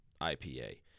IPA